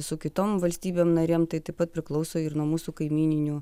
su kitom valstybėm narėm tai taip pat priklauso ir nuo mūsų kaimyninių